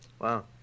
wow